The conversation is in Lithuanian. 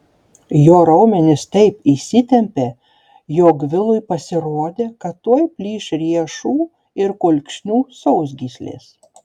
jo raumenys taip įsitempė jog vilui pasirodė kad tuoj plyš riešų ir kulkšnių sausgyslės